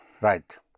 Right